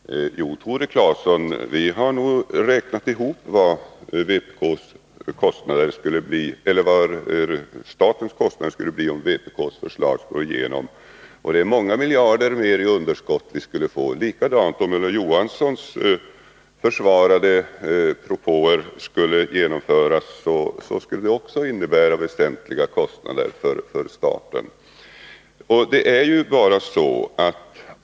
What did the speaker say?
Fru talman! Jo, Tore Claeson, vi har nog räknat ihop vilka statens kostnader skulle bli om vpk:s förslag går igenom. Det skulle bli många fler miljarder i underskott. Likadant skulle det bli om de av Ulla Johansson försvarade propåerna genomfördes; det skulle också då bli väsentliga kostnader för staten.